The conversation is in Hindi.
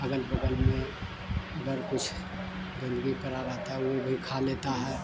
अगल बगल में अगर कुछ गंदगी पड़ा रहता है ऊ भी खा लेता है